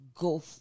go